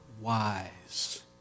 wise